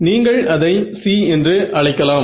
நீங்கள் அதை C என்று அழைக்கலாம்